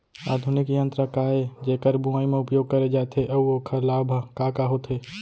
आधुनिक यंत्र का ए जेकर बुवाई म उपयोग करे जाथे अऊ ओखर लाभ ह का का होथे?